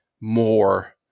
more